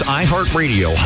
iHeartRadio